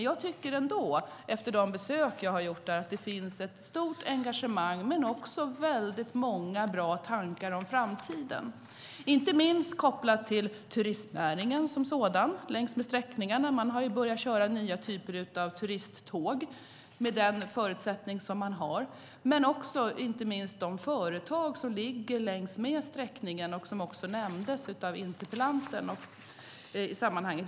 Jag tycker ändå, efter de besök jag har gjort, att det finns ett stort engagemang, men också väldigt många bra tankar om framtiden, inte minst kopplat till turistnäringen som sådan längs med sträckningen. Man har ju börjat köra nya typer av turisttåg med den förutsättning som man har, men vi har också de företag som ligger längs med sträckningen och som nämndes av interpellanten i sammanhanget.